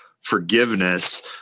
forgiveness